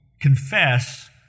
confess